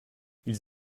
ils